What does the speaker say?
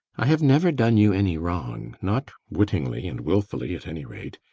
i have never done you any wrong not wittingly and willfully, at any rate.